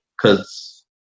Cause